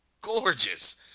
gorgeous